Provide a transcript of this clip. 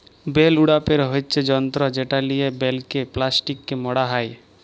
bell উড়াপের হচ্যে যন্ত্র যেটা লিয়ে বেলকে প্লাস্টিকে মড়া হ্যয়